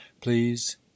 please